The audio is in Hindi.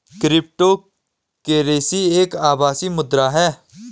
क्रिप्टो करेंसी एक आभासी मुद्रा है